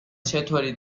چطوری